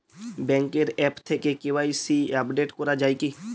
ব্যাঙ্কের আ্যপ থেকে KYC update করা যায় কি?